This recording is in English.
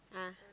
ah